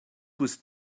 was